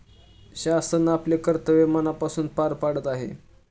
शासन आपले कर्तव्य मनापासून पार पाडत आहे